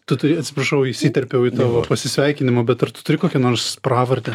tu turi atsiprašau įsiterpiau į tavo pasisveikinimą bet ar tu turi kokią nors pravardę